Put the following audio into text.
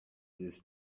this